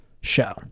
show